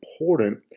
important